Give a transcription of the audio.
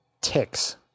ticks